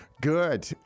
Good